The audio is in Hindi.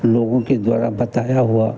लोगों के द्वारा बताया हुआ